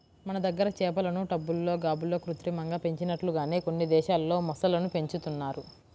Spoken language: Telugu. మన దగ్గర చేపలను టబ్బుల్లో, గాబుల్లో కృత్రిమంగా పెంచినట్లుగానే కొన్ని దేశాల్లో మొసళ్ళను పెంచుతున్నారు